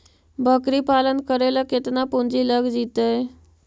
बकरी पालन करे ल केतना पुंजी लग जितै?